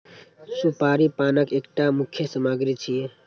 सुपारी पानक एकटा मुख्य सामग्री छियै